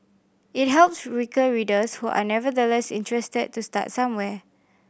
it helps weaker readers who are nevertheless interested to start somewhere